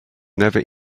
never